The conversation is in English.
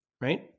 right